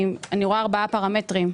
אני רואה ארבעה פרמטרים: